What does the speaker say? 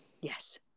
Yes